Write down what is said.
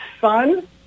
fun